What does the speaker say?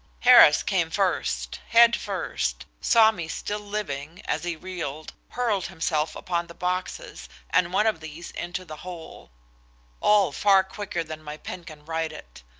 harris came first head-first saw me still living as he reeled hurled himself upon the boxes and one of these into the hole all far quicker than my pen can write it.